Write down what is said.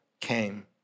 came